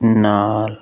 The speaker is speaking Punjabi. ਨਾਲ